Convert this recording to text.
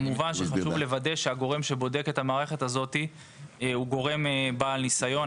כמובן שחשוב לוודא שהגורם שבודק את המערכת הזאת הוא גורם בעל ניסיון.